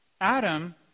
Adam